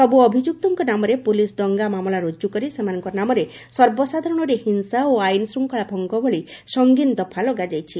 ସବୁ ଅଭିଯୁକ୍ତଙ୍ଙ ନାମରେ ପୁଲିସ୍ ଦଙ୍ଙା ମାମଲା ରୁଜୁ କରି ସେମାନଙ୍କ ନାମରେ ସର୍ବସାଧାରଣରେ ହିଂସା ଓ ଆଇନ ଶୃଙ୍ଖଳା ଭଙ୍ଗ ଭଳି ସଙ୍ଗୀନ ଦଫା ଲଗାଇଛି